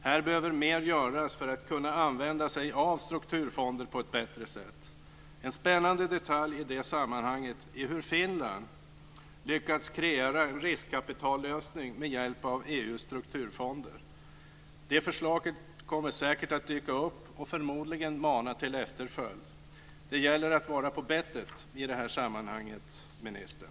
Här behöver mer göras för att man ska kunna använda sig av strukturfonder på ett bättre sätt. En spännande detalj i det sammanhanget är hur Finland lyckats kreera en riskkapitallösning med hjälp av EU:s strukturfonder. Det förslaget kommer säkert att dyka upp och förmodligen mana till efterföljd. Det gäller att vara på bettet i det här sammanhanget, ministern.